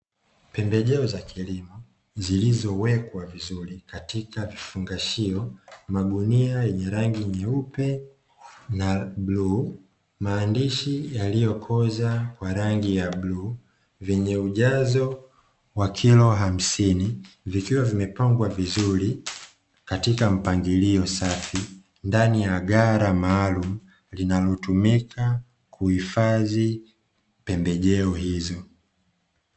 Pembejeo za kilimo zilizowekwa vizuri katika vifungashio. Magunia yenye rangi nyeupe na bluu, maandishi yaliyokozwa kwa rangi ya bluu yenye ujazo wa kilo hamsini vikiwa vimepangwa vizuri katika mpangilio safi, ndani ya ghala maalum linalotumika kuhifadhi pembejeo hizo